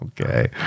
Okay